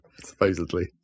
Supposedly